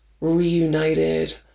reunited